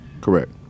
Correct